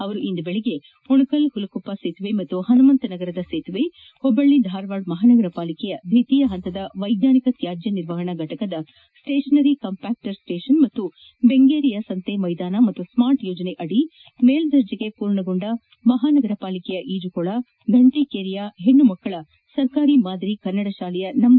ಅವರು ಇಂದು ಬೆಳಿಗ್ಗೆ ಉಣಕಲ್ ಹುಲಕೊಪ್ಪ ಸೇತುವೆ ಹಾಗೂ ಪನುಮಂತ ನಗರದ ಸೇತುವೆ ಹುಬ್ಬಳ್ಳಿ ಧಾರವಾಡ ಮಹಾನಗರ ಪಾಲಿಕೆಯ ದ್ವಿತೀಯ ಪಂತದ ವೈಜ್ವಾನಿಕ ತ್ಯಾದ್ಯ ನಿರ್ವಹಣಾ ಘಟಕದ ಸ್ನೇಷನರಿ ಕಂಪ್ಲಾಕ್ಷರ್ ಸ್ನೇಷನ್ ಹಾಗೂ ಬೆಂಗೇರಿಯ ಸಂತೆ ಮೈದಾನ ಹಾಗೂ ಸ್ಕಾರ್ಟ್ ಯೋಜನೆಯಡಿ ಮೇಲ್ಲರ್ಜೆಗೆ ಪೂರ್ಣಗೊಂಡ ಮಹಾನಗರ ಪಾಲಿಕೆಯ ಈಜುಗೋಳ ಫಂಟಿಕೇರಿಯ ಸರಕಾರಿ ಮಾದರಿ ಕನ್ನಡ ಶಾಲೆಯ ನಂ